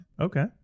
Okay